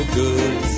good